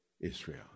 Israel